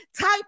Type